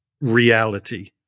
reality